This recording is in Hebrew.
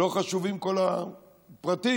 לא חשובים כל הפרטים,